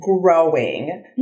growing